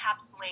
encapsulate